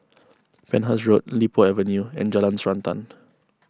Penhas Road Li Po Avenue and Jalan Srantan